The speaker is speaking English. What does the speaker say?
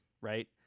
right